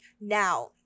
Now